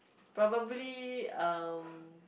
probably um